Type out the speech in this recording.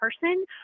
person